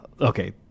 okay